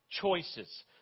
choices